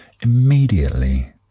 Immediately